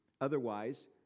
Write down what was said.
Otherwise